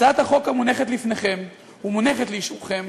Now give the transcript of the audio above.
הצעת החוק המונחת לפניכם ומונחת לאישורכם